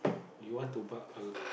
you want to buy a